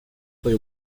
play